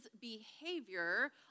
behavior